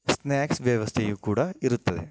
snacks ವ್ಯವಸ್ಥೆಯು ಕೂಡ ಇರುತ್ತದೆ